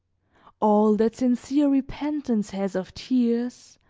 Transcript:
all that sincere repentance has of tears,